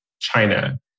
China